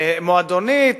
מועדונית